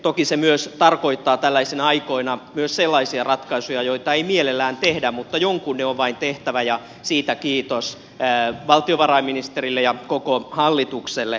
toki se tarkoittaa tällaisina aikoina myös sellaisia ratkaisuja joita ei mielellään tehdä mutta jonkun ne on vain tehtävä ja siitä kiitos valtiovarainministerille ja koko hallitukselle